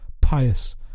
pious